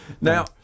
Now